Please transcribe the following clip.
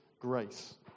grace